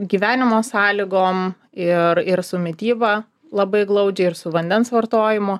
gyvenimo sąlygom ir ir su mityba labai glaudžiai ir su vandens vartojimu